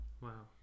Wow